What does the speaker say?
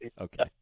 okay